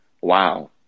wow